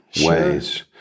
ways